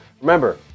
Remember